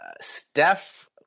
Steph